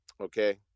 Okay